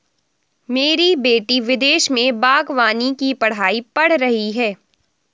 मेरी बेटी विदेश में बागवानी की पढ़ाई पढ़ रही है